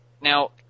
Now